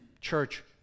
Church